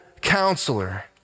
counselor